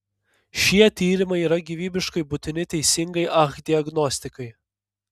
šie tyrimai yra gyvybiškai būtini teisingai ah diagnostikai